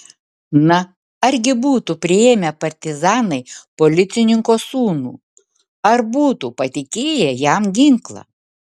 na argi būtų priėmę partizanai policininko sūnų ar būtų patikėję jam ginklą